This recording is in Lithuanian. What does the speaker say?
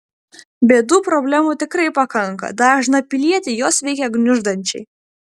bėdų problemų tikrai pakanka dažną pilietį jos veikia gniuždančiai